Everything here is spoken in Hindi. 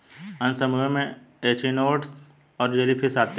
अन्य समूहों में एचिनोडर्म्स और जेलीफ़िश आते है